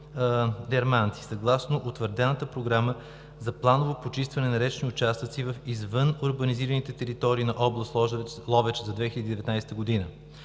„Дерманци“, съгласно утвърдената Програма за планово почистване на речни участъци в извън урбанизираните територии на област Ловеч за 2019 г.